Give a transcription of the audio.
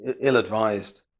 ill-advised